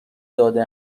داده